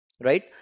Right